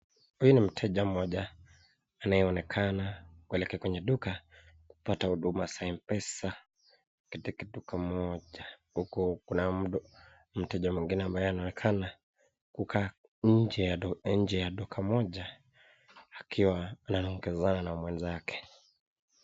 Huyu ni mteja mmoja anayeonekana kuelekea kwenye duka kupata huduma ya pesa katika duka moja. Huko kuna mteja mwingine ambaye anaonekana kukaa nje ya nje ya duka moja akiwa ananong'ezana na mwenzake.